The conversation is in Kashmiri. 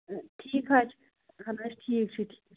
ٹھیٖک حظ چھُ اَہَن حظ ٹھیٖک چھُ ٹھیٖک